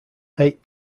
eight